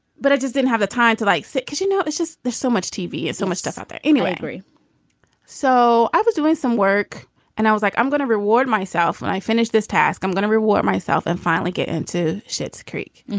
but i just didn't have a time to like so it cause you know it's just there's so much tv it's so much stuff out there anyway. so i was doing some work and i was like i'm going to reward myself when i finish this task. i'm going to reward myself and finally get into shit's creek.